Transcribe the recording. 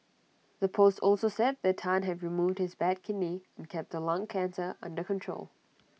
the post also said that Tan had removed his bad kidney and kept the lung cancer under control